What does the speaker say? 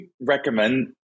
recommend